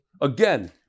Again